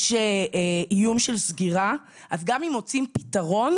יש איום של סגירה אז גם אם מוצאים פתרון,